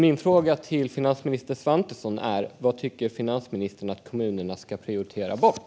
Min fråga till finansminister Svantesson är: Vad tycker finansministern att kommunerna ska prioritera bort?